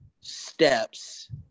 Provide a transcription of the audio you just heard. steps